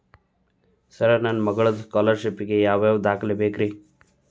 Sir ನನ್ನ ಮಗ್ಳದ scholarship ಗೇ ಯಾವ್ ಯಾವ ದಾಖಲೆ ಬೇಕ್ರಿ?